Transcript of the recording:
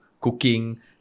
cooking